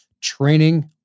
training